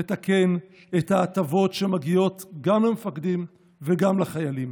לתקן את ההטבות שמגיעות גם למפקדים וגם לחיילים.